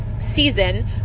season